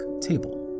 table